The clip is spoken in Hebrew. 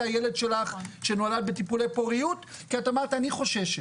הילד שלך שנולד בטיפולי פוריות כי את אמרת שאת חוששת.